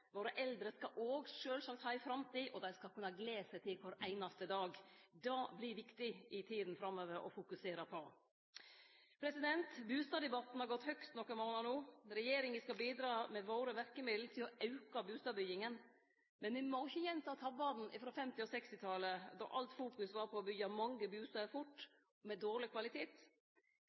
Våre eldre skal òg sjølvsagt ha ei framtid, og dei skal kunne gle seg til kvar einaste dag. Det vert det viktig å fokusere på i tida framover. Bustaddebatten har gått høgt nokre månader no. Regjeringa skal bidra med våre verkemiddel til å auke bustadbygginga. Men me må ikkje gjenta tabbane frå 1950- og 1960-talet, då alt fokus var på å byggje mange bustader fort, med dårleg kvalitet.